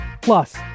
Plus